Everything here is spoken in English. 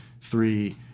three